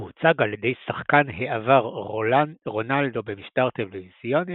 הוא הוצג על ידי שחקן העבר רונאלדו במשדר טלוויזיוני